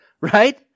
right